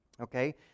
okay